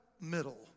middle